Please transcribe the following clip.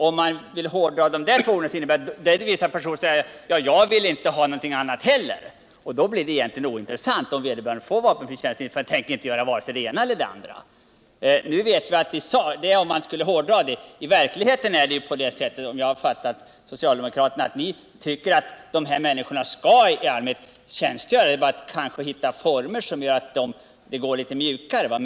Det finns vissa personer som inte vill göra militärtjänst men inte någon civil totalförsvarstjänst heller. Då blir det egentligen ointressant om vederbörande får vapenfri tjänst, för han tänker inte göra vare sig det ena eller det andra. I verkligheten är det på det sättet att socialdemokraterna, om jag har fattat er rätt, tycker att de här människorna i allmänhet skall tjänstgöra — det gäller bara att hitta mjukare former.